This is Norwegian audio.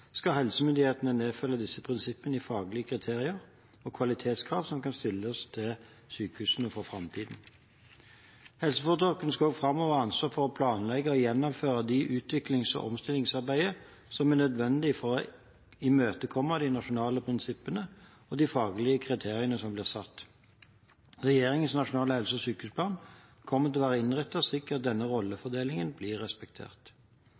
skal helsemyndighetene nedfelle disse prinsippene i faglige kriterier og kvalitetskrav som kan stilles til sykehusene for framtiden. Helseforetakene skal også framover ha ansvar for å planlegge og gjennomføre det utviklings- og omstillingsarbeidet som er nødvendig for å imøtekomme de nasjonale prinsippene og faglige kriteriene som blir satt. Regjeringens nasjonale helse- og sykehusplan kommer til å være innrettet slik at denne rollefordelingen blir respektert.